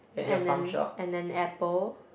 and an and an apple